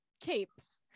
Capes